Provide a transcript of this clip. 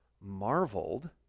marveled